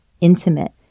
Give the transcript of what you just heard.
intimate